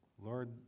Lord